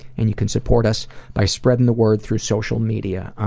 and you can support us by spreading the word through social media.